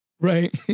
Right